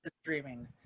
Streaming